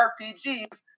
RPGs